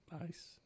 Nice